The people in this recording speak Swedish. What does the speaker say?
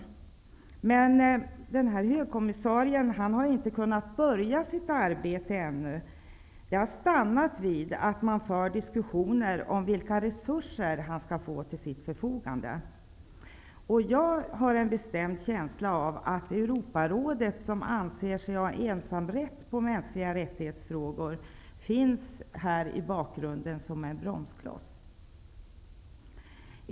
Men Högkommissarien har inte kunnat börja sitt arbete ännu. Det har stannat vid att man för diskussioner om vilka resurser han skall få till sitt förfogande. Jag har en bestämd känsla av att Europarådet, som anser sig ha ensamrätt på frågor om mänskliga rättigheter, finns i bakgrunden som en bromskloss.